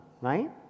right